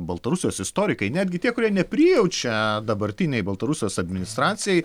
baltarusijos istorikai netgi tie kurie neprijaučia dabartinei baltarusijos administracijai